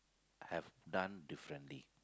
have done differently